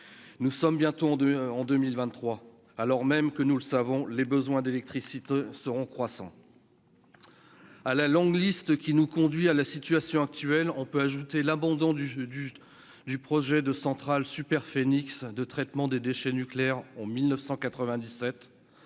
nous sommes bientôt en deux en 2023 alors même que nous le savons, les besoins d'électricité seront croissant à la longue liste qui nous conduit à la situation actuelle, on peut ajouter l'abandon du jeu du du projet de centrale Superphénix de traitement des déchets nucléaires en 1997,